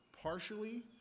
partially